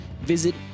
Visit